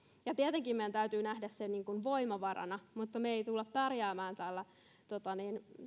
tietenkin meidän täytyy nähdä se voimavarana mutta me emme tule pärjäämään